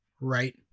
Right